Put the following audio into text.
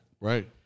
Right